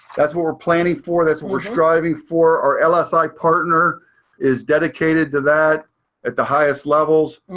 that's what we're planning for. that's what we're striving for. our lsi partner is dedicated to that at the highest levels.